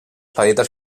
petites